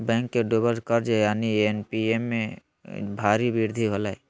bank के डूबल कर्ज यानि एन.पी.ए में भारी वृद्धि होलय